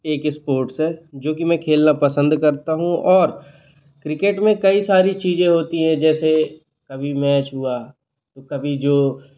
एक इस्पॉर्ट्स है जो कि मैं खेलना पसंद करता हूँ और क्रिकेट में कई सारी चीज़ें होती है जैसे अभी मैच हुआ तो कभी जो